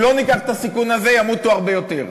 לא ניקח את הסיכון הזה ימותו הרבה יותר.